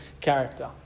character